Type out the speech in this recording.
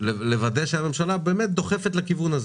לוודא שהממשלה באמת דוחפת לכיוון הזה.